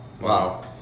Wow